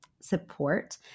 support